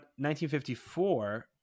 1954